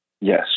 Yes